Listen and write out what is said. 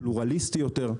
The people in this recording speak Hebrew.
פלורליסטי יותר.